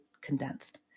condensed